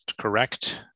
correct